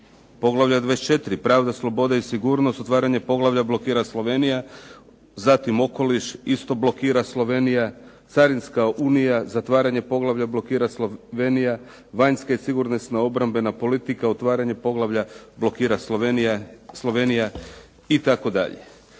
Poglavlje 24.-Pravda, sloboda i sigurnost, otvaranje poglavlja blokira Slovenija, zatim Okoliš isto blokira Slovenija, Carinska unija zatvaranje poglavlja blokira Slovenija, Vanjska i sigurnosno-obrambena politika otvaranje poglavlja blokira Slovenija itd.